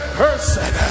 person